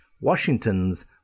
Washington's